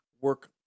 work